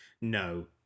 no